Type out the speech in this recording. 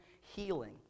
healing